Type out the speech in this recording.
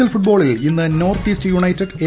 L ഫുട്ബോളിൽ ഇന്ന് north east united A